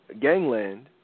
Gangland